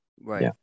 Right